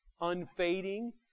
unfading